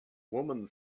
woman